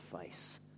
face